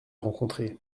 rencontré